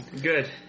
Good